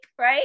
right